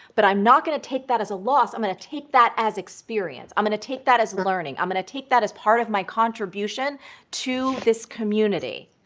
but i'm not going to take that as a loss. i'm going to take that as experience. i'm going to take that as learning. i'm going to take that as part of my contribution to this community.